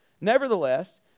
Nevertheless